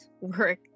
work